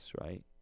right